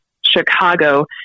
Chicago